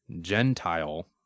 Gentile